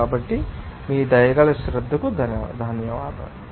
కాబట్టి మీ దయగల శ్రద్ధకు ధన్యవాదాలు